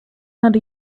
had